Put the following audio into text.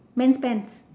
mens pants